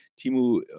Timu